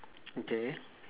okay